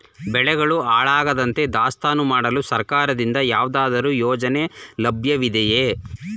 ಬೆಳೆಗಳು ಹಾಳಾಗದಂತೆ ದಾಸ್ತಾನು ಮಾಡಲು ಸರ್ಕಾರದಿಂದ ಯಾವುದಾದರು ಯೋಜನೆ ಲಭ್ಯವಿದೆಯೇ?